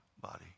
body